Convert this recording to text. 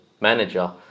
manager